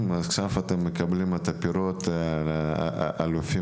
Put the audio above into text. עכשיו אתם קוצרים את הפירות של האלופים